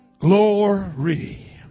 Glory